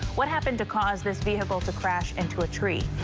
what happened to cause this vehicle to crash into a tree.